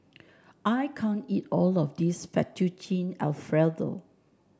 I can't eat all of this Fettuccine Alfredo